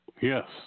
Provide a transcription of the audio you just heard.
Yes